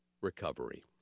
recovery